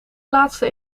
laatste